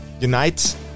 unite